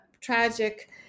tragic